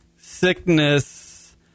Sickness